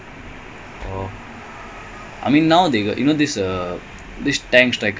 I bought him alone I dont know